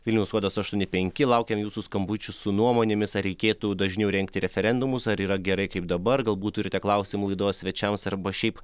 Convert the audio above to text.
vilniaus kodas aštuoni penki laukiam jūsų skambučių su nuomonėmis ar reikėtų dažniau rengti referendumus ar yra gerai kaip dabar galbūt turite klausimų laidos svečiams arba šiaip